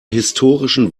historischen